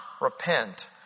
repent